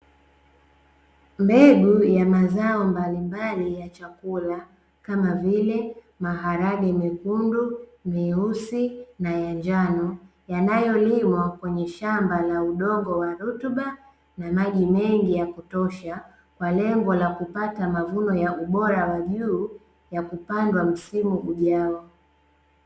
Mbegu ya mazao mblimbali ya chakula kama vile maharage mekundu, meusi, na ya njano yanayo limwa kwenye shamba la udongo wa rutuba na maji mengi ya kutosha, kwa lengo la kupata mavuno ya ubora wa juu ya kupandwa msimu ujao.